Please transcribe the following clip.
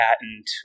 patent